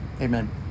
amen